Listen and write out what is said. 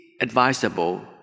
advisable